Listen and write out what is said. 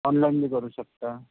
ऑनलाईबी करू शकता